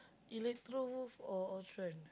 Electrowolf or Ultron